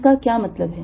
इसका क्या मतलब है